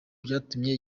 byatumye